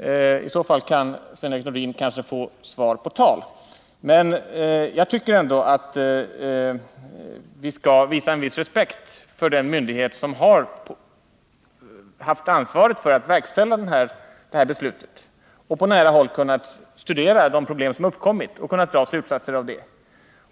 men i så fall kan Sven-Erik Nordin kanske få svar på tal. Vi skall väl visa en viss respekt för den myndighet som har haft ansvaret för att verkställa riksdagens beslut, på nära håll kunnat studera de problem som uppkommit och kunnat dra slutsatser av det.